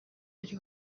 ari